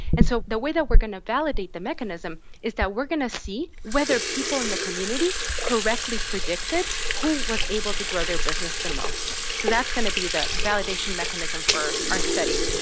and so the way that we are going to validate the mechanism is that we are going to see whether people in the community correctly predicted who was able to grow their business the most. so that's going to be the validation mechanism for our study.